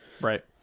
Right